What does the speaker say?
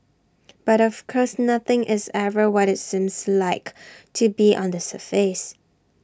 but of course nothing is ever what IT seems like to be on the surface